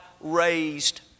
raised